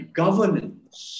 governance